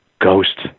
Ghost